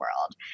world